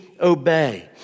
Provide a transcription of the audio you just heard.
obey